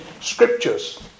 scriptures